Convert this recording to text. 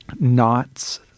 Knots